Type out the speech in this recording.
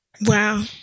Wow